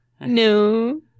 no